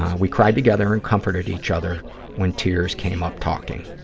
we cried together and comforted each other when tears came up talking.